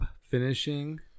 finishing